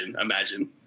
imagine